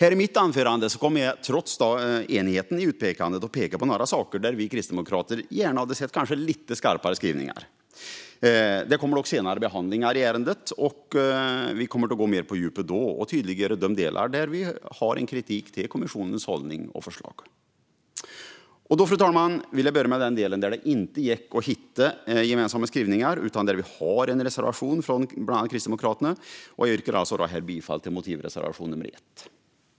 I mitt anförande kommer jag, trots enigheten om utlåtandet, att peka på några saker där vi kristdemokrater gärna hade sett lite skarpare skrivningar. Det blir dock senare behandlingar av ärendet. Vi kommer då att gå mer på djupet och tydliggöra de delar där vi har en kritik till kommissionens hållning och förslag. Fru talman! Jag vill börja med den del där det inte gick att hitta gemensamma skrivningar, utan där vi har en reservation från bland annat Kristdemokraterna. Jag yrkar bifall till motivreservation nr 1.